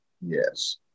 Yes